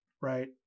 right